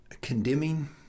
condemning